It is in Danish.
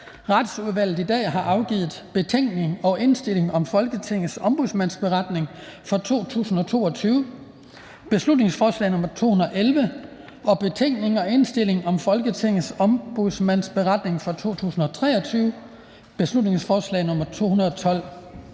Retsudvalget har i dag afgivet: Betænkning og indstilling om Folketingets Ombudsmandsberetning for 2022 (Beslutningsforslag nr. B 211) og Betænkning og indstilling om Folketingets Ombudsmandsberetning for 2023, (Beslutningsforslag nr. B 212).